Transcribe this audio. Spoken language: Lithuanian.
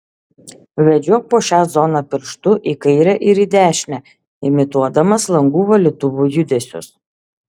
vedžiok po šią zoną pirštu į kairę ir į dešinę imituodamas langų valytuvų judesius